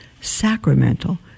sacramental